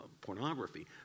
pornography